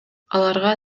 аларга